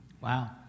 Wow